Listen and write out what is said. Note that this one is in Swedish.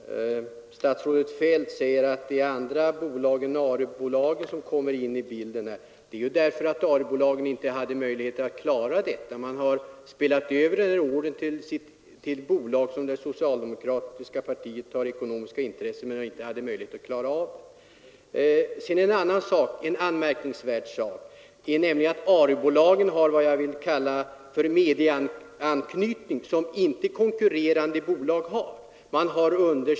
Herr talman! Statsrådet Feldt säger att andra bolag än Arebolagen kommit in i bilden. Ja, det är därför att Arebolagen inte hade möjlighet att klara detta utan spelade över en del av ordern till bolag i vilka det socialdemokratiska partiet har ekonomiska intressen. En anmärkningsvärd sak är att Arebolagen har en anknytning som inte konkurrerande bolag har.